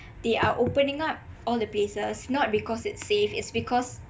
they are opening up all the places not because it's safe it's because